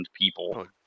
people